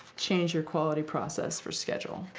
change your quality process for schedule.